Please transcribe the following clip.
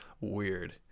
weird